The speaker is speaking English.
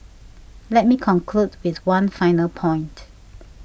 let me conclude with one final point